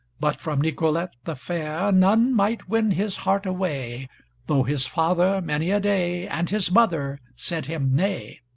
but from nicolete the fair none might win his heart away though his father, many a day, and his mother said him nay,